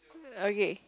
okay